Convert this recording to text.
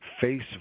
face